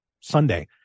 Sunday